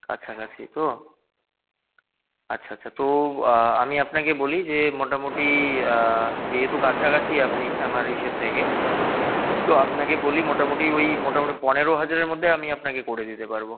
কাছাকাছি তো আচ্ছা আচ্ছা তো আমি আপনাকে বলি যে মোটামুটি যেহেতু কাছাকাছি আপনি আমার ইসের থেকে তো আপনাকে বলি মোটামুটি ওই মোটামুটি পনেরো হাজারের মধ্যে আমি আপনাকে করে দিতে পারব